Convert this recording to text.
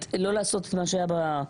מה לעשות שאתם לקחתם את זה מאיתנו.